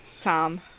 tom